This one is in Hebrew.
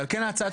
על כן,